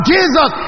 Jesus